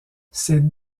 ces